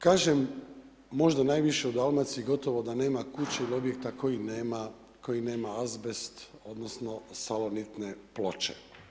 Kažem, možda najviše u Dalmaciji, gotovo da nema kuće ili objekta koji nema azbest, odnosno salonitne ploče.